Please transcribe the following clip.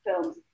films